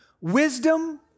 wisdom